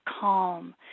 calm